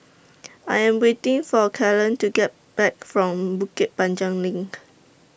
I Am waiting For Kellen to Come Back from Bukit Panjang LINK